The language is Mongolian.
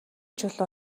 чулуу